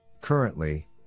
Currently